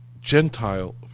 Gentile